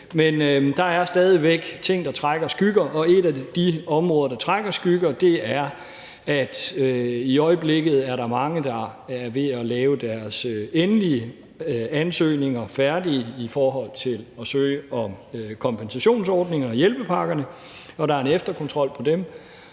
Men der er stadig væk ting, der kaster skygger, og et af de områder, hvorpå der kastes skygge, er, at der i øjeblikket er mange, der er ved at lave deres endelige ansøgninger om kompensationsordninger og hjælpepakker færdige, og der er en efterkontrol af dem.